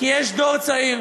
כי יש דור צעיר,